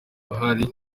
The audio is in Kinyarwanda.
buhari